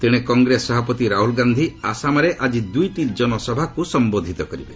ତେଣେ କଂଗ୍ରେସ ସଭାପତି ରାହୁଲ ଗାନ୍ଧି ଆସାମରେ ଆଜି ଦୁଇଟି ଜନସଭାକୁ ସମ୍ବୋଧିତ କରିବେ